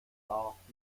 darf